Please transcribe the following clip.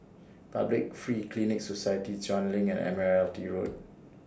Public Free Clinic Society Chuan LINK and Admiralty Road